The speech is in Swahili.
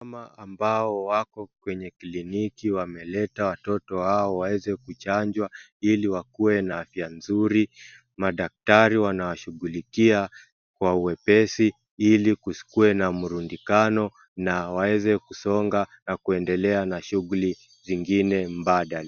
Mama ambao wapo kwanye kliniki wameleta watoto wao waweze kuchanjwa ili wakuwe na afya nzuri. Madatari wanawashughulikia kwa wepesi ili kusikuwe na mrundikano na waeze kusonga na kuendelea na shughuli zingine mbadala.